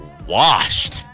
washed